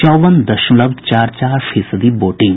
चौवन दशमलव चार चार फीसदी वोटिंग